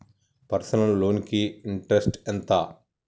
Personal loan కి interest ఎంత?